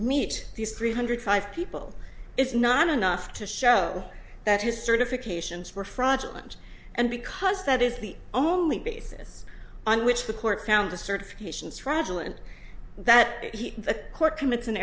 meet these three hundred five people is not enough to show that his certifications for fraudulent and because that is the only basis on which the court found the certifications fraudulent that a court commit